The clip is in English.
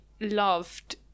loved